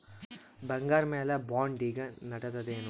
ಬಂಗಾರ ಮ್ಯಾಲ ಬಾಂಡ್ ಈಗ ನಡದದೇನು?